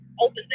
open